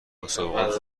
مسابقات